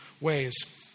ways